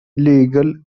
legal